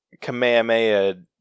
Kamehameha